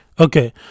Okay